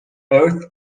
earth